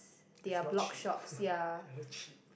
it's not cheap not cheap